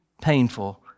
painful